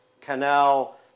canal